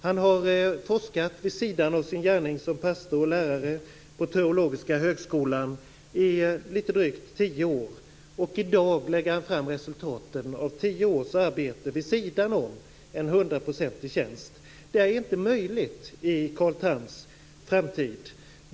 Han har i drygt tio år forskat vid sidan av sin gärning som pastor och lärare vid Teologiska högskolan. I dag lägger han fram resultatet av tio års arbete vid sidan av en 100-procentig tjänst. Det vore inte möjligt i Carl Thams framtid.